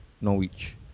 Norwich